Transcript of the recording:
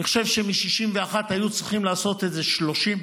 אני חושב שמ-61 היו צריכים לעשות 30,